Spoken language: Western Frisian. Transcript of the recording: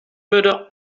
wurde